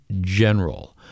General